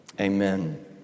Amen